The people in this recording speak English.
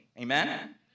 amen